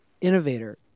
innovator